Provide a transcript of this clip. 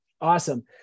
Awesome